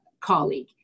colleague